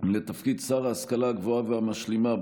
לתפקיד שר ההשכלה הגבוהה והמשלימה,